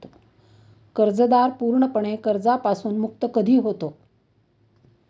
कर्जदार पूर्णपणे कर्जापासून मुक्त कधी होतो?